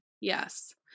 Yes